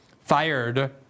fired